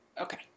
Okay